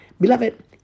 Beloved